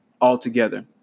altogether